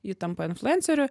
ji tampa influenceriu